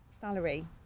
salary